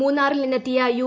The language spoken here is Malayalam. മൂന്നാറിൽ നിന്നെത്തിയ യു